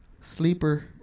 Sleeper